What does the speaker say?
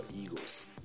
Eagles